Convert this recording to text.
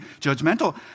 judgmental